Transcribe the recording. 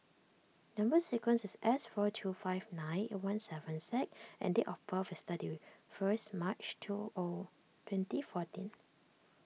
Number Sequence is S four two five nine eight one seven Z and date of birth is thirty first March two O twenty fourteen